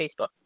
Facebook